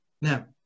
Now